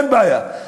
אין בעיה,